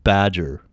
Badger